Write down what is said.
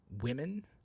women—